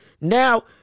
Now